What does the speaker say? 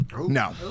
no